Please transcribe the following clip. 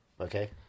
okay